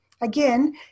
Again